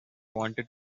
wanted